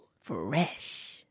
Fresh